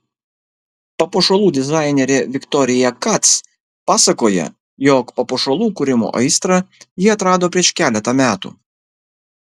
papuošalų dizainerė viktorija kac pasakoja jog papuošalų kūrimo aistrą ji atrado prieš keletą metų